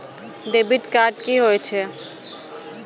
Debit card की होय छे?